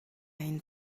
энэ